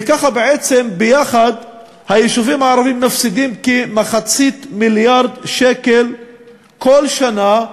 וכך בעצם ביחד היישובים הערביים מפסידים כחצי מיליארד שקל כל שנה,